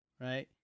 Right